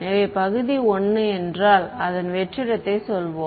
எனவே பகுதி 1 என்றால் அதன் வெற்றிடத்தைச் சொல்வோம்